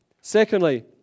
Secondly